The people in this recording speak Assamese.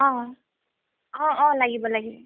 অঁ অঁ অঁ লাগিব লাগিব